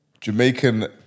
Jamaican